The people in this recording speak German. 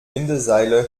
windeseile